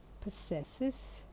possesses